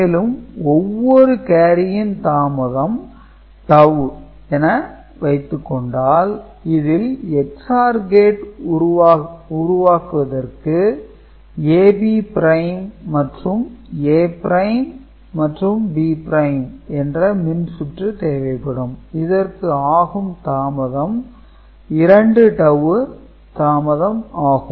மேலும் ஒவ்வொரு கேரியின் தாமதம் டவூ என வைத்துக் கொண்டால் இதில் XOR கேட் உருவாக்குவதற்கு AB பிரைம் மற்றும் A பிரைம் மற்றும் B பிரைம் என்ற மின்சுற்று தேவைப்படும் இதற்கு ஆகும் தாமதம் 2 டவூ தாமதம் ஆகும்